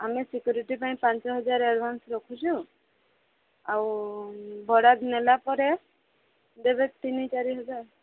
ଆମେ ସିକ୍ୟୁରିଟି ପାଇଁ ପାଞ୍ଚ ହଜାର ଆଡ଼ଭାନ୍ସ୍ ରଖୁଛୁ ଆଉ ଭଡ଼ା ନେଲା ପରେ ଦେବେ ତିନି ଚାରି ହଜାର